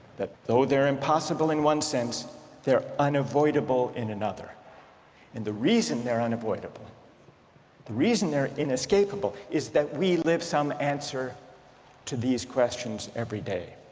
that though they're impossible in one sense their unavoidable in another and the reason they're unavoidable the reason they're inescapable is that we live some answer to these questions every day.